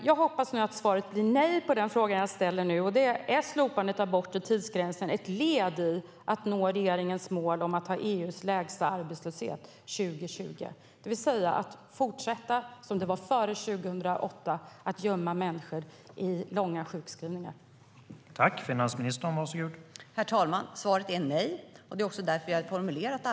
Jag hoppas att svaret blir nej på den fråga jag nu ska ställa: Är slopandet av den bortre tidsgränsen ett led i att nå regeringens mål att ha EU:s lägsta arbetslöshet 2020, det vill säga att man ska fortsätta att gömma människor i långa sjukskrivningar, som före 2008?